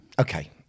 Okay